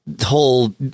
whole